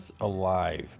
alive